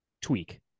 tweak